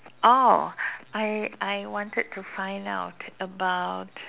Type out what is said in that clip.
oh I I wanted to find out about